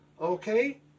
Okay